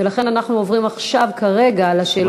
ולכן אנחנו עוברים עכשיו לשאלות הבאות.